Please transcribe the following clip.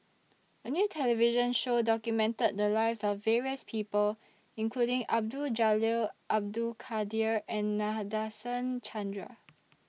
A New television Show documented The Lives of various People including Abdul Jalil Abdul Kadir and Nadasen Chandra